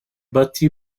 bâti